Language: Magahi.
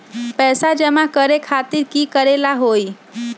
पैसा जमा करे खातीर की करेला होई?